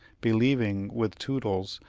believing, with toodles,